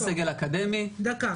-- "חבר סגל אקדמי" --- דקה.